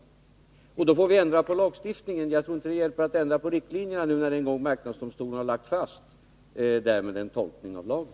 Jag tror inte att det nu — när marknadsdomstolen en gång har lagt fast en tolkning av lagen — hjälper att ändra på riktlinjerna, utan vi får i så fall ändra på lagstiftningen.